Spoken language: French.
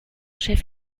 chef